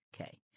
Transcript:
Okay